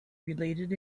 related